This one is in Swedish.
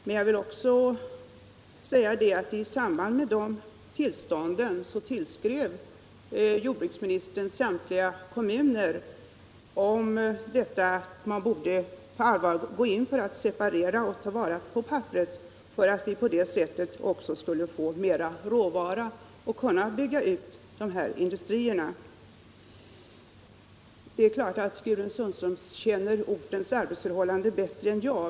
Men jag vill också säga att i samband med dessa tillstånd skrev jordbruksministern till samtliga kommuner om detta att man på allvar borde gå in för att separera och ta vara på papperet för att vi på det sättet också skulle få mera råvara och kunna bygga ut de industrier det här gäller. Det är klart att Gudrun Sundström känner ortens arbetsmarknadsförhållanden bättre än jag.